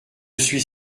suis